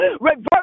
Reverse